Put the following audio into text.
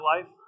life